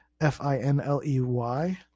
F-I-N-L-E-Y